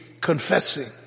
confessing